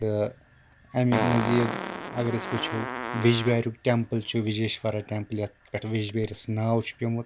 تہٕ اَمہِ مٔزیٖد اَگر أسۍ وٕچھو ویٚجبیریُک ٹیمپٕل چھُ وجیشورا ٹیمپٕل یَتھ پٮ۪ٹھ ویجیشورا ناو چھُ پیومُت